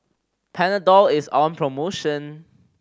Panadol is on promotion